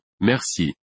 merci